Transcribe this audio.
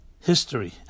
history